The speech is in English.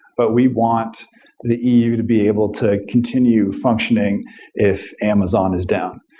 but we want the eu to be able to continue functioning if amazon is down.